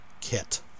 kit